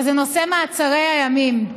וזה נושא מעצרי הימים.